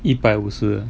一百五十